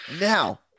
Now